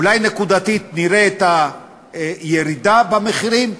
אולי נקודתית נראה את הירידה במחירים,